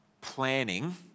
planning